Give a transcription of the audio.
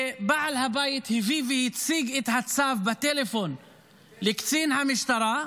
ובעל הבית הביא והציג את הצו בטלפון לקצין המשטרה.